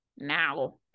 now